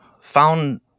found